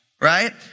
Right